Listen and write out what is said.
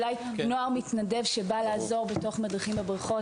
למשל נוער מתנדב שמגיע לעזור בבריכות,